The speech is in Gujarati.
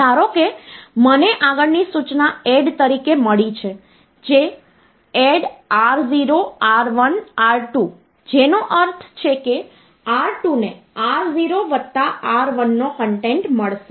ધારો કે મને આગળની સૂચના એડ તરીકે મળી છે જે add R0 R1 R2 જેનો અર્થ છે કે R2 ને R0 વત્તા R1 નો કન્ટેન્ટ મળશે